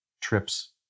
trips